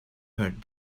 heard